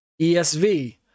ESV